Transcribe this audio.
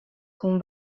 con